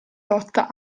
lotta